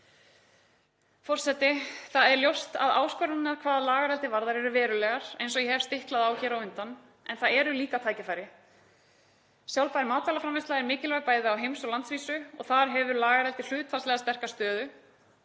Það er ljóst að áskoranirnar hvað lagareldi varðar eru verulegar, eins og ég hef stiklað á hér á undan, en það eru líka tækifæri. Sjálfbær matvælaframleiðsla er mikilvæg bæði á heims- og landsvísu og þar hefur lagareldi hlutfallslega sterka stöðu.